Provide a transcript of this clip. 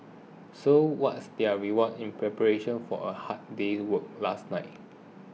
so what's their reward in preparation for a hard day's work last night